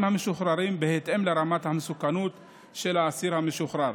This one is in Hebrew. המשוחררים בהתאם לרמת המסוכנות של האסיר המשוחרר.